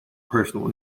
personal